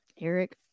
Eric